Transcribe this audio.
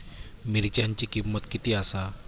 मिरच्यांची किंमत किती आसा?